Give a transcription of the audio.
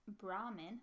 Brahmin